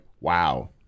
wow